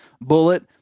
bullet